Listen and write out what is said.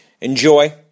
enjoy